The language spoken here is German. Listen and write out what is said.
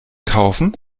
kaufen